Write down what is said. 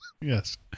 Yes